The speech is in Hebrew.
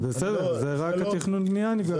בסדר, אז רק תכנון ובנייה נפגש איתנו.